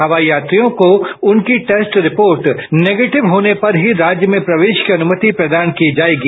हवाई यात्रियों को उनकी टेस्ट रिपोर्ट निगेटिव होने पर ही राज्य में प्रवेश की अनुमति प्रदान की जाएगी